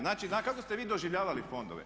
Znači, kako ste vi doživljavali fondove?